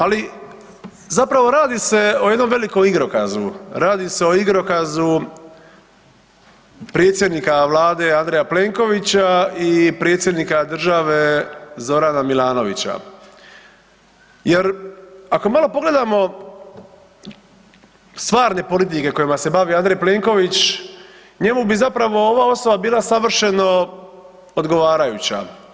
Ali zapravo radi se o jednom velikom igrokazu, radi se o igrokazu predsjednika vlade Andreja Plenkovića i predsjednika države Zorana Milanovića jer ako malo pogledamo stvarne politike kojima se bavi Andrej Plenković njemu bi zapravo ova osoba bila savršeno odgovarajuća.